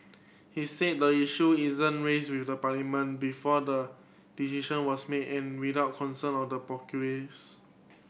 he said the issue isn't raised with Parliament before the decision was made and without consulting the populace